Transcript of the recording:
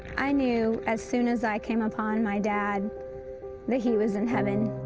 i knew as soon as i came upon my dad that he was in heaven.